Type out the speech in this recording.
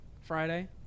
Friday